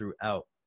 throughout